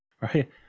Right